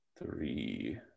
Three